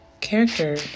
Character